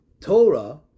Torah